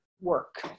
work